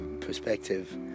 perspective